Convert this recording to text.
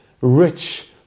rich